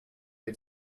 had